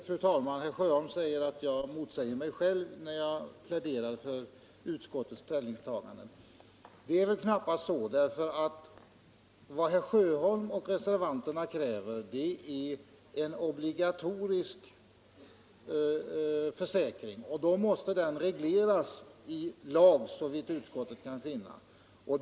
Fru talman! Herr Sjöholm säger att jag motsäger mig själv när jag pläderar för utskottets ställningstagande. Det är knappast så. Vad herr Sjöholm och de övriga reservanterna kräver är en obligatorisk försäkring, och då måste den, såvitt utskottet kan finna, regleras i lag.